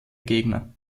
gegner